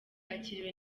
yakiriwe